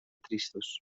tristos